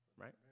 right